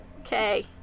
Okay